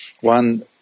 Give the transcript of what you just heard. One